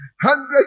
Hundred